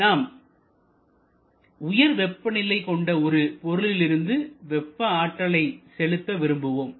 எனவே நாம் உயர் வெப்பநிலை கொண்ட ஒரு பொருளிலிருந்து வெப்ப ஆற்றலை செலுத்த விரும்புவோம்